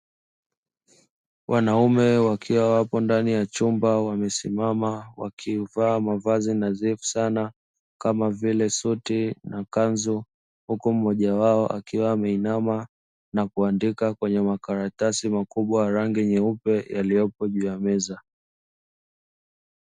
Wanaume wakiwa wapo ndani ya chumba wamesimama wakivaa mavazi nadhifu sana kama vile suti na kanzu, huku mmoja wao akiwa ameinama na kuandika kwenye makaratasi makubwa ya rangi nyeupe yaliyopo juu ya meza.